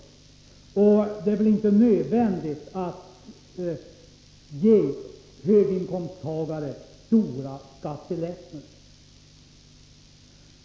Det är väl vidare inte nödvändigt att ge höginkomsttagare stora skattelättnader.